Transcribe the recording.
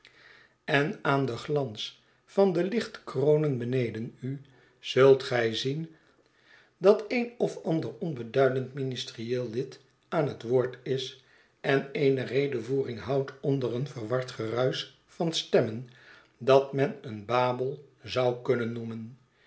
en aan den glans van de lichtkronen beneden u zuit gij zien dat een of ander onbeduidend ministerieel lid aan het woord is en eene redevoering houdt onder een verward gedruis van stemmen dat men een babel zou kunnen noemen